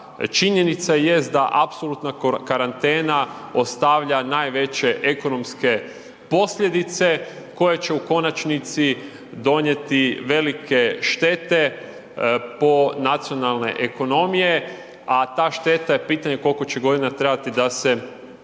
Činjenica jest da apsolutna karantena ostavlja najveće ekonomske posljedice koje će u konačnici donijeti velike štete po nacionalne ekonomije, a ta šteta pitanje je koliko će godina trebati da se ekonomije